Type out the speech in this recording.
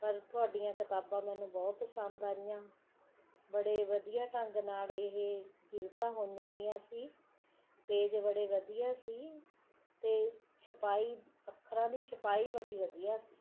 ਪਰ ਤੁਹਾਡੀਆਂ ਕਿਤਾਬਾਂ ਮੈਨੂੰ ਬਹੁਤ ਪਸੰਦ ਆਈਆਂ ਬੜੇ ਵਧੀਆ ਢੰਗ ਨਾਲ ਇਹ ਜਿਲਤਾਂ ਹੋਈਆਂ ਵੀਆਂ ਸੀ ਪੇਜ਼ ਬੜੇ ਵਧੀਆ ਸੀ ਅਤੇ ਛਪਾਈ ਅੱਖਰਾਂ ਦੀ ਛਪਾਈ ਬੜੀ ਵਧੀਆ ਸੀ